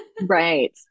right